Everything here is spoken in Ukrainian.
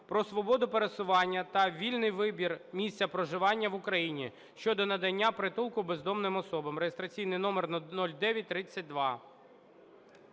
"Про свободу пересування та вільний вибір місця проживання в Україні" (щодо надання притулку бездомним особам)(реєстраційний номер 0932).